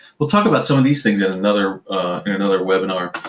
we'll talk about some of these things in another and another webinar,